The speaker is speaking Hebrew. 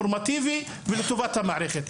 באופן נורמטיבי ולהיות לטובת המערכת.